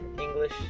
English